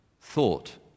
thought